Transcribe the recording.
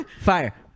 Fire